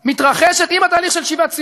מתרחשת עם התהליך של שיבת ציון.